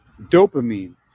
Dopamine